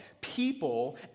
People